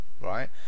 right